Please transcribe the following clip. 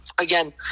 again